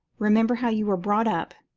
remember how you were brought up.